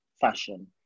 fashion